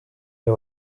you